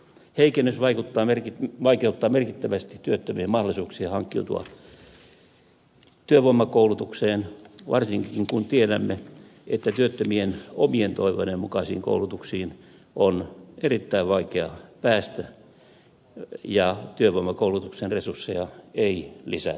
heikennys vaikeuttaa merkittävästi työttömien mahdollisuuksia hankkiutua työvoimakoulutukseen varsinkin kun tiedämme että työttömien omien toiveiden mukaisiin koulutuksiin on erittäin vaikea päästä ja työvoimakoulutuksen resursseja ei juuri lisätä